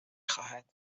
خواهد